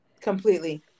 Completely